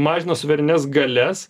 mažino suverenias galias